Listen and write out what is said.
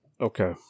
Okay